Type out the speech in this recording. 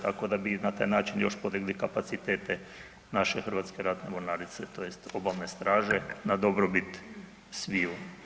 Tako da bi na taj način još podigli kapacitete naše Hrvatske ratne mornarice tj. Obalne straže na dobrobit sviju.